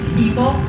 people